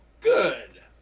Good